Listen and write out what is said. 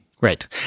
Right